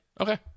okay